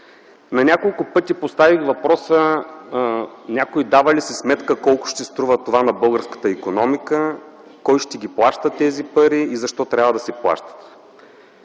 На няколко пъти поставих въпроса някой дава ли си сметка колко ще струва това на българската икономика, кой ще ги плаща тези пари и защо трябва да се плащат.